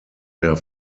der